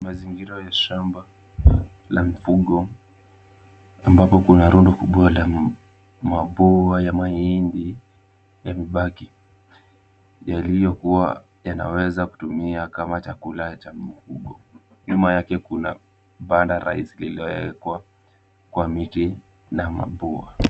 Mazingira ya shamba la mfugo ambapo kuna rundo kubwa la maboa ya mahindi yamebaki yaliyokuwa yanaweza kutumika kama chakula cha mifugo. Nyuma yake kuna bandara lililowekwa kwa miti na mapua.